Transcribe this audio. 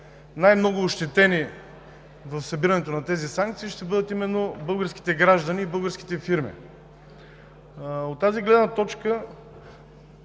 най-много ощетени в събирането на санкциите ще бъдат именно българските граждани и българските фирми. От тази гледна точка